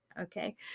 Okay